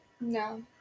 No